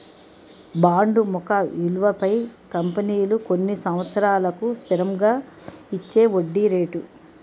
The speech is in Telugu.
బాండు ముఖ విలువపై కంపెనీలు కొన్ని సంవత్సరాలకు స్థిరంగా ఇచ్చేవడ్డీ రేటు